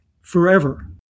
forever